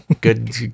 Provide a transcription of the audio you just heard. good